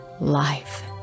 life